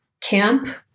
camp